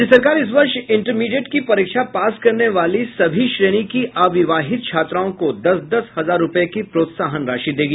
राज्य सरकार इस वर्ष इंटरमीडिएट की परीक्षा पास करने वाली सभी श्रेणी की अविवाहित छात्राओं को दस दस हजार रूपये की प्रोत्साह राशि देगी